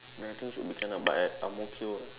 ya I think should be can ah but at Ang-Mo-Kio